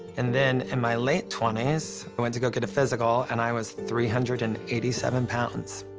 and then, in my late twenty s, i went to go get a physical, and i was three hundred and eighty seven pounds.